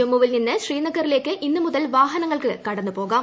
ജമ്മുവിൽ നിന്ന് ശ്രീനഗറിലേക്ക് ഇന്ന് മുതൽ വാഹനങ്ങൾക്ക് കടന്നു പോകാം